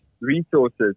resources